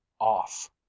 off